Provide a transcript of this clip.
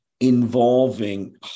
involving